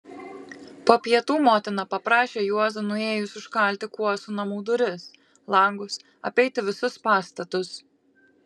po pietų motina paprašė juozą nuėjus užkalti kuosų namų duris langus apeiti visus pastatus